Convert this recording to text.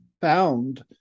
found